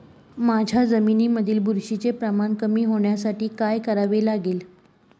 माझ्या जमिनीमधील बुरशीचे प्रमाण कमी होण्यासाठी काय करावे लागेल?